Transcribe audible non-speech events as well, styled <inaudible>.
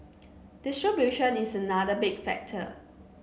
<noise> distribution is another big factor